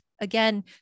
again